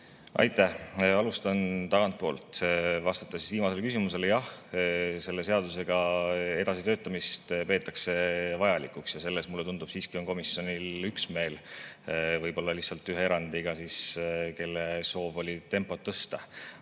Aitäh! Alustan tagantpoolt. Vastates viimasele küsimusele, jah, selle seadusega edasi töötamist peetakse vajalikuks ja selles, mulle tundub, siiski on komisjonil üksmeel, võib-olla lihtsalt ühe erandiga, kelle soov oli tempot tõsta.